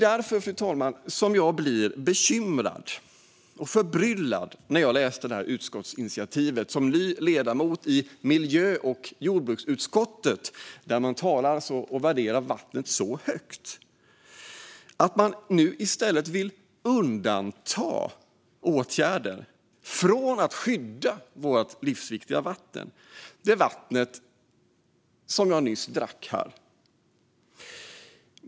Därför, fru talman, blev jag bekymrad och förbryllad när jag som ny ledamot i miljö och jordbruksutskottet, där vattnet värderas så högt, läste detta utskottsinitiativ. Nu vill man i stället undanta åtgärder från att skydda vårt livsviktiga vatten, det vatten jag nyss drack här.